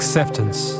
Acceptance